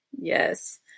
Yes